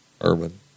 urban